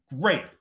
Great